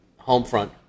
Homefront